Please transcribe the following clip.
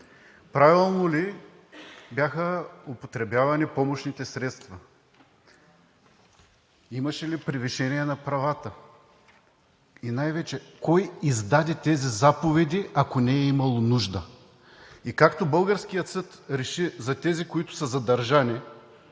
правилно ли бяха употребявани помощните средства? Имаше ли превишение на правата и най вече кой издаде тези заповеди, ако не е имало нужда? И както българският съд реши за тези, които са задържани